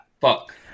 fuck